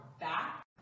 back